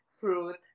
fruit